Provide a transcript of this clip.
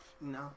No